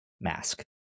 Mask